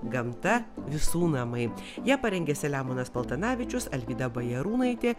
gamta visų namai ją parengė selemonas paltanavičius alvyda bajarūnaitė